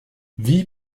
wie